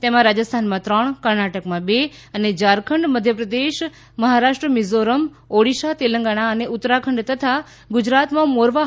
તેમાં રાજસ્થાનમાં ત્રણ કર્ણાટકના બે અને ઝારખંડ મધ્યપ્રદેશ મહારાષ્ટ્ર મિઝોરમ ઓડિશા તેલંગાણા અને ઉત્તરાખંડ તથા ગુજરાતમાં મોરવા હડફનો સમાવેશ થાય છે